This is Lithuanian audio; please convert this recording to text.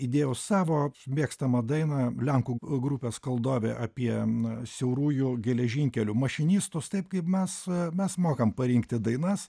įdėjau savo mėgstamą dainą lenkų grupės kaldove apie na siaurųjų geležinkelių mašinistus taip kaip mes mes mokam parinkti dainas